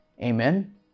Amen